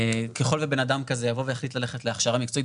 ככל שבן אדם כזה יחליט ללכת להכשרה מקצועית,